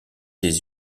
des